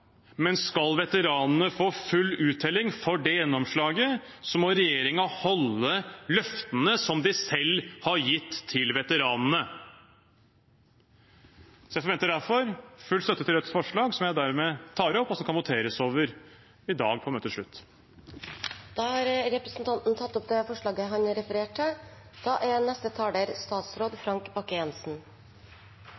men skal veteranene få full uttelling for det gjennomslaget, må regjeringen holde løftene som de selv har gitt veteranene. Jeg forventer derfor full støtte til Rødts forslag, som jeg dermed tar opp, og som skal voteres over i dag ved møtets slutt. Da har representanten Bjørnar Moxnes tatt opp det forslaget han selv refererte til.